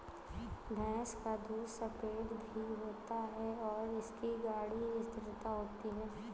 भैंस का दूध सफेद भी होता है और इसकी गाढ़ी स्थिरता होती है